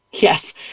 Yes